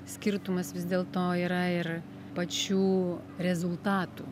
skirtumas vis dėlto yra ir pačių rezultatų